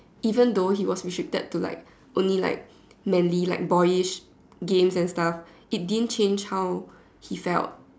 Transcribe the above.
even though he was restricted to like only like manly like boyish games and stuff it didn't change how he felt